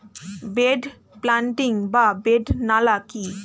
Bed planting বা bed নালা কি?